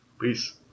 Peace